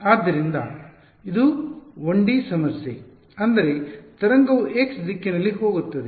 ಆದ್ದರಿಂದ ಇದು 1D ಸಮಸ್ಯೆ ಅಂದರೆ ತರಂಗವು x ದಿಕ್ಕಿನಲ್ಲಿ ಹೋಗುತ್ತದೆ